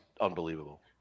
unbelievable